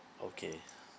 okay